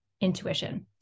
intuition